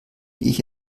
ich